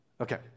Okay